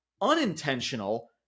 unintentional